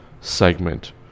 segment